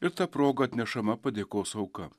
ir ta proga atnešama padėkos auka